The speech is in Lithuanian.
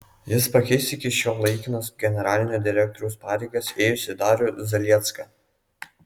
jis pakeis iki šiol laikinas generalinio direktoriaus pareigas ėjusį darių zaliecką